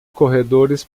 corredores